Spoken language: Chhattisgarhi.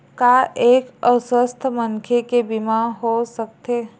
का एक अस्वस्थ मनखे के बीमा हो सकथे?